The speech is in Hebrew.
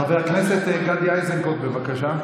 חבר הכנסת גדי איזנקוט, בבקשה.